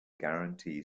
guarantee